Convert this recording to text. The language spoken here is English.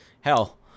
hell